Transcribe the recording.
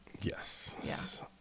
Yes